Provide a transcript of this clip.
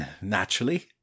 naturally